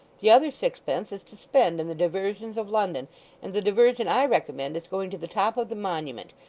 the other sixpence is to spend in the diversions of london and the diversion i recommend is going to the top of the monument,